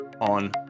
on